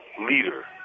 leader